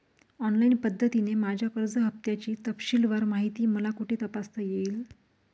Online पद्धतीने माझ्या कर्ज हफ्त्याची तपशीलवार माहिती मला कुठे तपासता येईल?